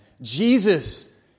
Jesus